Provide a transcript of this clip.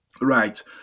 right